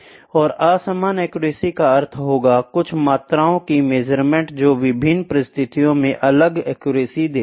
और असमान एक्यूरेसी का अर्थ होगा कुछ मात्राओं की मेजरमेंट जो विभिन्न परिस्थितियों में अलग एक्यूरेसी देती है